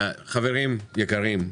חברים יקרים,